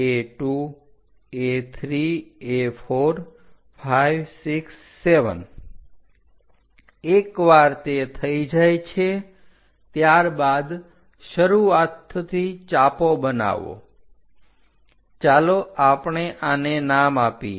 એકવાર તે થઈ જાય છે ત્યારબાદ શરૂઆતથી ચાપો બનાવો ચાલો આપણે આને નામ આપીએ